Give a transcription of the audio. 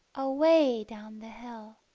away down the hill.